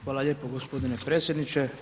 Hvala lijepo gospodine predsjedniče.